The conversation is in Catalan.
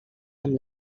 amb